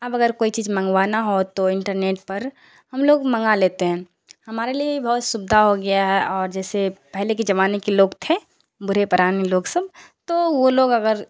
اب اگر کوئی چیز منگوانا ہو تو انٹرنیٹ پر ہم لوگ منگا لیتے ہیں ہمارے لیے یہ بہت سویدھا ہو گیا ہے اور جیسے پہلے کے زمانے کے لوگ تھے بوڑھے پرانے لوگ سب تو وہ لوگ اگر